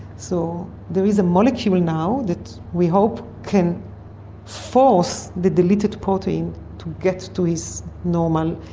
so there is a molecule now that we hope can force the deleted protein to get to its normal.